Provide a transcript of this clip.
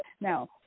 Now